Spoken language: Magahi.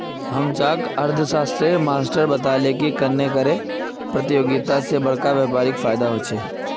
हम्चार अर्थ्शाश्त्रेर मास्टर आज बताले की कन्नेह कर परतियोगिता से बड़का व्यापारीक फायेदा होचे